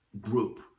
group